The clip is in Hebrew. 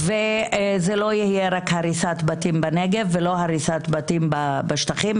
וזה לא יהיה רק הריסת בתים בנגב ולא הריסת בתים בשטחים,